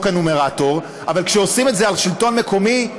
הנומרטור" אבל כשעושים את זה על שלטון מקומי,